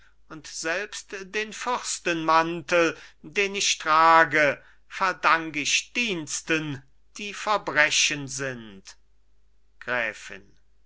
und selbst den fürstenmantel den ich trage verdank ich diensten die verbrechen sind gräfin